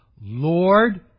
Lord